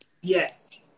Yes